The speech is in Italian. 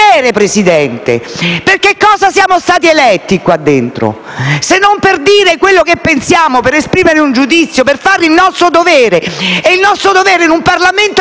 proprio mestiere. Per che cosa siamo stati eletti qua dentro, se non per dire quello che pensiamo, per esprimere un giudizio, per fare il nostro dovere? E il nostro dovere, in un Parlamento, è anche